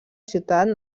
ciutat